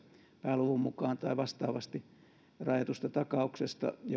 pääluvun mukaan tai vastaavasti rajatusta takauksesta